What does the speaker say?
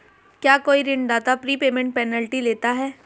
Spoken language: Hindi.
क्या कोई ऋणदाता प्रीपेमेंट पेनल्टी लेता है?